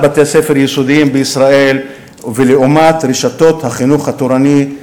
בתי-ספר יסודיים בישראל ולעומת רשתות החינוך התורני?